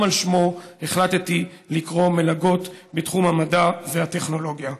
גם על שמו החלטתי לקרוא מלגות בתחום המדע והטכנולוגיה.